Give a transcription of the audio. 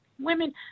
women